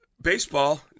baseball